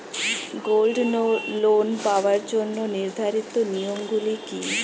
Gold loan পাওয়ার জন্য নির্ধারিত নিয়ম গুলি কি?